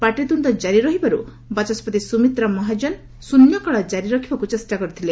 ପାଟିତ୍ରୁଣ୍ଣ କାରି ରହିବାରୁ ବାଚସ୍କତି ସୁମିତ୍ରା ମହାଚ୍ଚନ ଶ୍ରନ୍ୟକାଳ ଜାରି ରଖିବାକୁ ଚେଷ୍ଟା କରିଥିଲେ